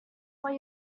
why